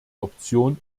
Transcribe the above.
option